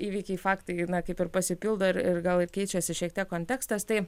įvykiai faktai kaip ir pasipildo ir ir gal ir keičiasi šiek tiek kontekstas tai